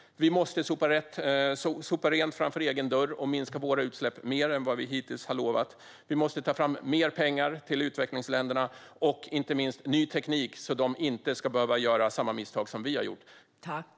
Vi måste sopa rent framför egen dörr och minska våra utsläpp mer än vad vi hittills har lovat. Vi måste ta fram mer pengar till utvecklingsländerna och inte minst ny teknik, så att de inte ska behöva göra samma misstag som vi har gjort.